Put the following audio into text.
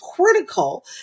critical